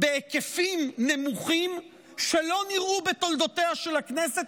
בהיקפים נמוכים שלא נראו בתולדותיה של הכנסת,